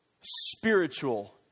spiritual